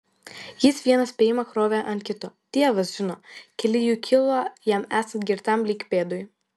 jis vieną spėjimą krovė ant kito dievas žino keli jų kilo jam esant girtam lyg pėdui